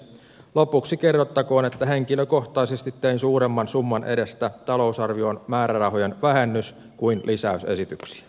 lopuksi kerrottakoon että henkilökohtaisesti tein suuremman summan edestä talousarvioon määrärahojen vähennys kuin lisäysesityksiä